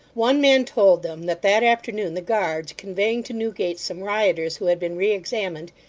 one man told them that that afternoon the guards, conveying to newgate some rioters who had been re-examined,